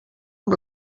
amb